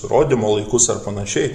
rodymo laikus ar panašiai